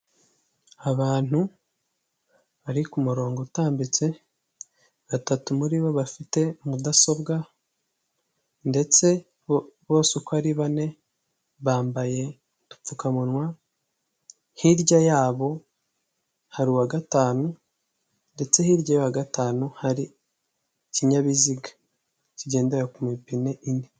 Abantu bari ku murongo utambitse batatu muri bo bafite mudasobwa, ndetse bose uko ari bane bambaye udupfukamunwa, hirya yabo hari uwa gatanu ndetse hirya y'uwa gatanu hari ikinyabiziga kigendera ku ipine ine.